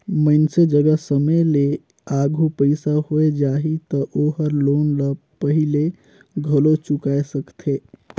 मइनसे जघा समे ले आघु पइसा होय जाही त ओहर लोन ल पहिले घलो चुकाय सकथे